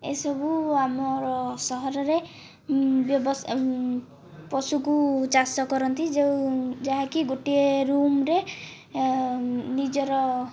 ଏସବୁ ଆମର ସହରରେ ପଶୁକୁ ଚାଷ କରନ୍ତି ଯେଉଁ ଯାହାକି ଗୋଟିଏ ରୁମ୍ରେ ନିଜର